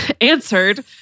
answered